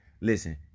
listen